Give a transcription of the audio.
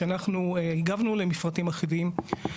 שאנחנו הגבנו למפרטים אחידים,